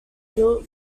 built